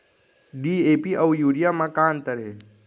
DAP अऊ urea म का अंतर हे?